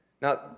Now